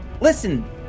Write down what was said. Listen